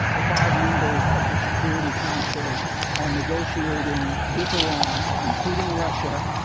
the five members of the security council are negotiating with iran, including russia,